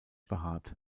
behaart